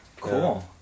cool